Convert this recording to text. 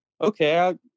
okay